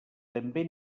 també